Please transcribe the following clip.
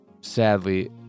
sadly